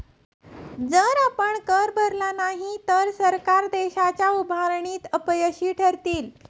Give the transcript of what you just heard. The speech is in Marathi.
जर आपण कर भरला नाही तर सरकार देशाच्या उभारणीत अपयशी ठरतील